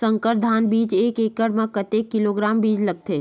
संकर धान बीज एक एकड़ म कतेक किलोग्राम बीज लगथे?